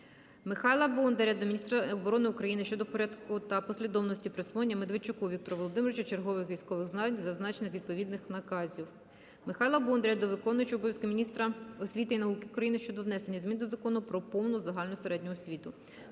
Михайла Бондаря до міністра оборони України щодо порядку та послідовності присвоєння Медведчуку Віктору Володимировичу чергових військових звань з зазначенням відповідних наказів. Михайла Бондаря до виконувача обов'язків міністра освіти і науки України щодо внесення змін до Закону "Про повну загальну середню освіту".